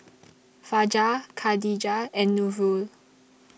Fajar Khadija and Nurul